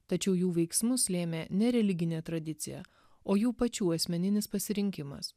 tačiau jų veiksmus lėmė ne religinė tradicija o jų pačių asmeninis pasirinkimas